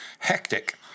Hectic